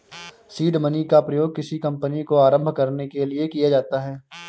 seed money का प्रयोग किसी कंपनी को आरंभ करने के लिए किया जाता है